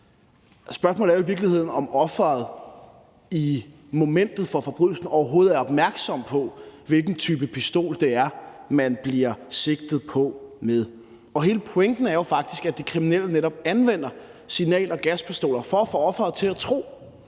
Spørgsmålet er i virkeligheden, om offeret i momentet for forbrydelsen overhovedet er opmærksom på, hvilken type pistol det er, man bliver sigtet er på med. Hele pointen er jo faktisk, at de kriminelle netop anvender signal- og gaspistoler for at få offeret til at tro,